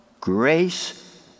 Grace